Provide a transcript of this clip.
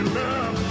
love